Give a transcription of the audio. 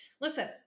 listen